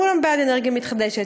כולם בעד אנרגיה מתחדשת.